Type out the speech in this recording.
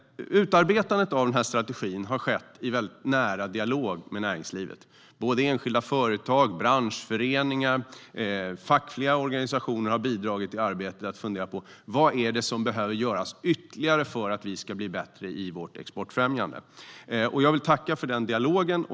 Utarbetandet av strategin har skett i väldigt nära dialog med näringslivet. Såväl enskilda företag och branschföreningar som fackliga organisationer har bidragit till arbetet med att fundera på vad som behöver göras ytterligare för att vi ska bli bättre i vårt exportfrämjande. Jag vill tacka för den dialogen.